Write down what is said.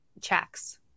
checks